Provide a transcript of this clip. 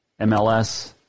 MLS